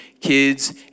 kids